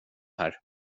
här